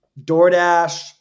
DoorDash